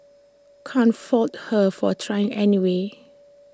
can't fault her for trying anyway